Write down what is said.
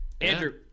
Andrew